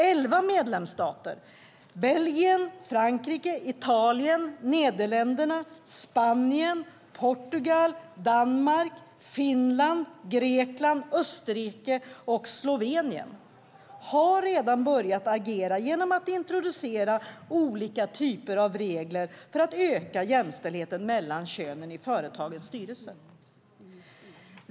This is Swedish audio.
Elva medlemsstater - Belgien, Frankrike, Italien, Nederländerna, Spanien, Portugal, Danmark, Finland, Grekland, Österrike och Slovenien - har redan börjat agera genom att introducera olika typer av regler för att öka jämställdheten mellan könen i företagens styrelser.